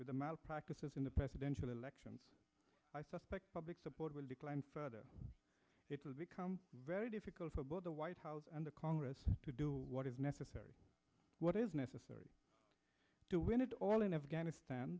with the malpractises in the presidential elections i suspect public support would decline further it will become very difficult for both the white house and the congress to do what is necessary what is necessary to win it all in afghanistan